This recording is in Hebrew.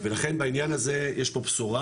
ולכן בעניין הזה יש פה בשורה,